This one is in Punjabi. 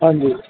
ਹਾਂਜੀ